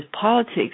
politics